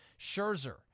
Scherzer